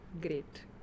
Great